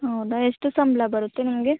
ಹೌದಾ ಎಷ್ಟು ಸಂಬಳ ಬರುತ್ತೆ ನಿಮಗೆ